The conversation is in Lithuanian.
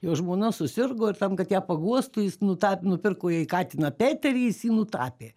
jo žmona susirgo ir tam kad ją paguostų jis nuta nupirko jai katiną peterį jis jį nutapė